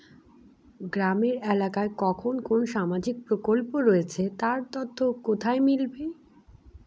গ্রামের এলাকায় কখন কোন সামাজিক প্রকল্প রয়েছে তার তথ্য কোথায় মিলবে?